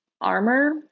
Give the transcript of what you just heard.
armor